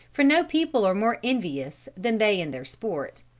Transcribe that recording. for no people are more envious than they in their sport.